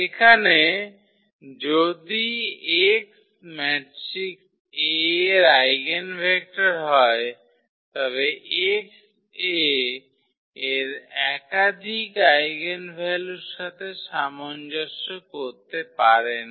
এখানে যদি x matrix A এর আইগেনভেক্টর হয় তবে x A এর একাধিক আইগেনভ্যালুর সাথে সামঞ্জস্য করতে পারে না